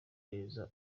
neza